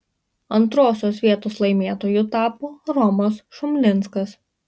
antrosios vietos laimėtoju tapo romas šumlinskas